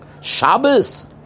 Shabbos